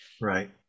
right